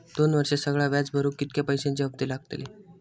दोन वर्षात सगळा व्याज भरुक कितक्या पैश्यांचे हप्ते लागतले?